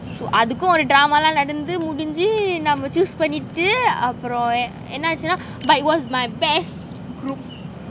so அதுக்கும் ஒரு:athukkum oru drama எல்லாம் நடந்து முடிஞ்சு நம்ம:ellam nadanthu mudinju namma choose பண்ணிட்டு அப்போறோம் என்னாச்சுன்னா:pannittu apporoam ennachunna but it was my best group